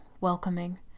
welcoming